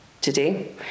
today